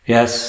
Yes